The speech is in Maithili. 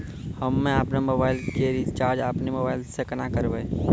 हम्मे आपनौ मोबाइल रिचाजॅ आपनौ मोबाइल से केना करवै?